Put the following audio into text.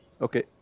Okay